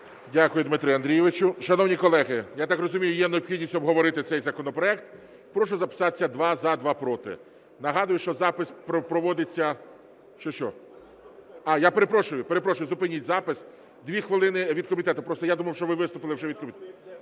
Дякую, Дмитре Андрійовичу. Шановні колеги, я так розумію, є необхідність обговорити цей законопроект. Прошу записатися: два – за, два – проти. Нагадую, що запис проводиться… (Шум у залі) Що? Я перепрошую. Перепрошую, зупиніть запис. Дві хвилини від комітету. Просто я думав, що ви виступили вже… Добре.